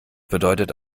bedeutet